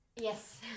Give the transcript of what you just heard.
Yes